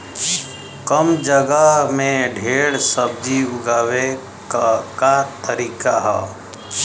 कम जगह में ढेर सब्जी उगावे क का तरीका ह?